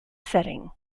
setting